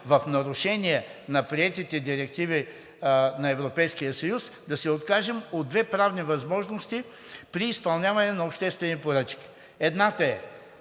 в нарушение на приетите директиви на Европейския съюз от две правни възможности при изпълняване на обществени поръчки. Едната е,